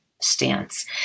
stance